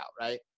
right